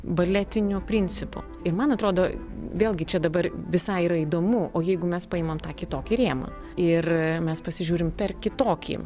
baletiniu principu ir man atrodo vėlgi čia dabar visai yra įdomu o jeigu mes paimam tą kitokį rėmą ir mes pasižiūrim per kitokį